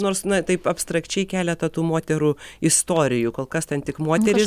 nors na taip abstrakčiai keletą tų moterų istorijų kol kas ten tik moterys